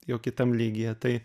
jau kitam lygyje tai